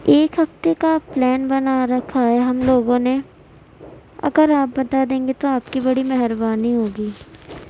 ایک ہفتے کا پلان بنا رکھا ہے ہم لوگوں نے اگر آپ بتا دیں گے تو آپ کی بڑی مہربانی ہوگی